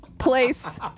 place